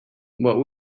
what